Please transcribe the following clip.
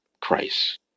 Christ